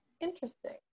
Interesting